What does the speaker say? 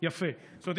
זאת אומרת,